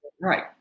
right